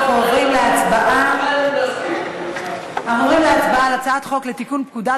אנחנו עוברים להצבעה על הצעת חוק לתיקון פקודת